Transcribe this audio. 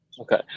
Okay